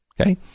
Okay